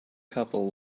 couple